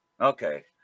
Okay